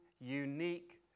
unique